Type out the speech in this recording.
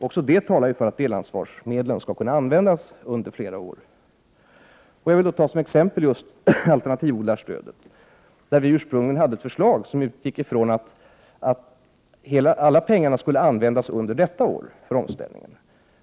Även det talar för att delansvarsmedlen skall kunna användas under flera år. Jag vill ta alternativodlarstödet som exempel. Vi hade ursprungligen ett förslag som utgick ifrån att alla pengar skulle användas under ett och samma år för omställning.